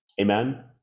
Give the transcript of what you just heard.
Amen